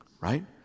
right